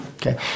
Okay